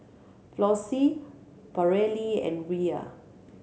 Flossie Paralee and Rhea